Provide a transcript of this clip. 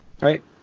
right